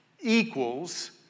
equals